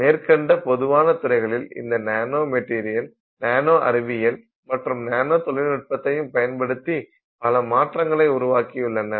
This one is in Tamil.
மேற்கண்ட பொதுவான துறைகளில் இந்த நானோ மெட்டீரியல் நானோ அறிவியல் மற்றும் நானோ தொழில்நுட்பத்தையும் பயன்படுத்தி பல மாற்றங்களை உருவக்கியுள்ளனர்